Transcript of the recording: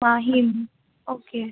Mahim okay